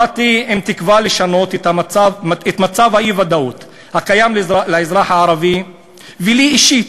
באתי עם תקווה לשנות את מצב האי-ודאות הקיים לאזרח הערבי ולי אישית: